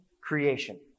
creation